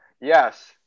yes